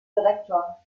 direktor